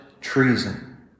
treason